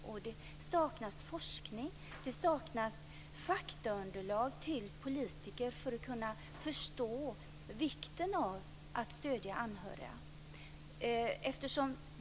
Det saknas forskning och faktaunderlag till politiker, så att de kan förstå vikten av att stödja anhöriga.